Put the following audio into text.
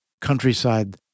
countryside